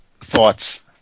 thoughts